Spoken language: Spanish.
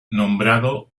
nombrado